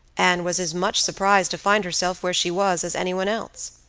and was as much surprised to find herself where she was as any one else.